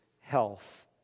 health